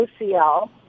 OCL